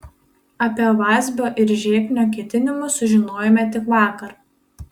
apie vazbio ir žeknio ketinimus sužinojome tik vakar